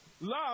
Love